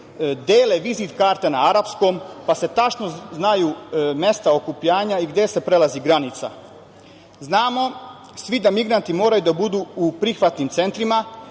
dele vizit-karte na arapskom, pa se tačno znaju mesta okupljanja i gde se prelazi granica. Znamo svi da migranti moraju da budu u prihvatnim centrima